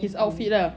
his outfit lah